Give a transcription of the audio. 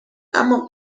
اما